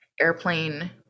airplane